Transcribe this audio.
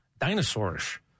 dinosaur-ish